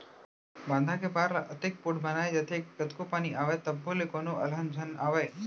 बांधा के पार ल अतेक पोठ बनाए जाथे के कतको पानी आवय तभो ले कोनो अलहन झन आवय